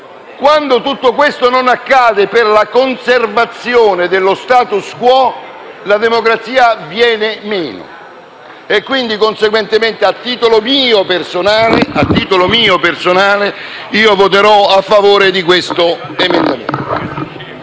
Quando tutto ciò non accade per la conservazione dello *status* *quo*, la democrazia viene meno. Conseguentemente, a titolo personale, voterò a favore di questo emendamento.